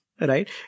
right